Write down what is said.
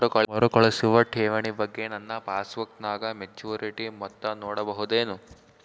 ಮರುಕಳಿಸುವ ಠೇವಣಿ ಬಗ್ಗೆ ನನ್ನ ಪಾಸ್ಬುಕ್ ನಾಗ ಮೆಚ್ಯೂರಿಟಿ ಮೊತ್ತ ನೋಡಬಹುದೆನು?